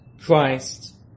Christ